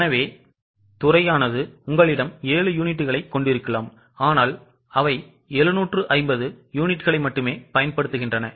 எனவே துறையானது உங்களிடம் 7 யூனிட்டுகளைக் கொண்டிருக்கலாம் ஆனால் அவை 750 யூனிட்களை மட்டுமே பயன்படுத்துகின்றன